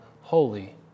holy